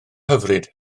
hyfryd